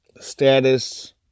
status